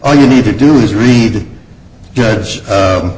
all you need to do is read judge